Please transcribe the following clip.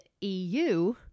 EU